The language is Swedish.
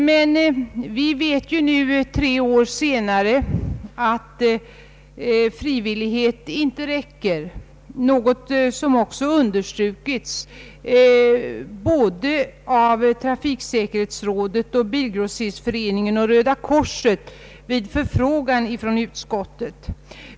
Vi vet emellertid nu, tre år senare, att frivillighet inte räcker, något som också understrukits av såväl trafiksäkerhetsrådet, Bilgrossistföreningen som Röda korset vid förfrågan från utskottet.